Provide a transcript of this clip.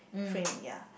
frame ya